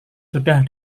sudah